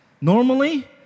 Normally